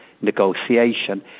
negotiation